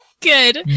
good